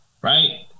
right